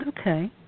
Okay